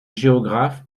géographe